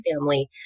family